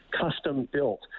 custom-built